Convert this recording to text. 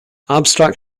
abstract